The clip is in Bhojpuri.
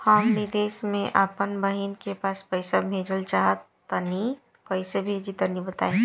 हम विदेस मे आपन बहिन के पास पईसा भेजल चाहऽ तनि कईसे भेजि तनि बताई?